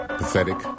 pathetic